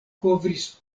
kovris